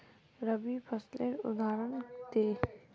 रवि फसलेर उदहारण दे?